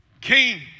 King